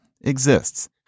exists